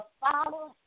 follow